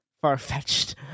far-fetched